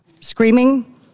screaming